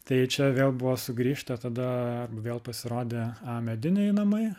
tai čia vėl buvo sugrįžta tada vėl pasirodė mediniai namai